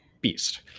beast